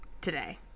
today